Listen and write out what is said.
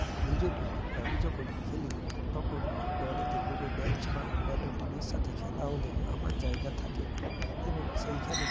এই জন্য আমি যখন খেলি তখন দলেতে কোনো ম্যাচ বা অন্যান্য টিমের সাথে খেলা হলে আমার জায়গা থাকে এবং সেইখানে